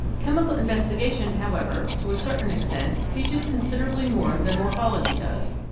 chemical investigation, however, to a certain extent teaches considerably more than morpho logy does.